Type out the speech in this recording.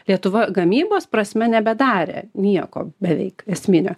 lietuva gamybos prasme nebedarė nieko beveik esminio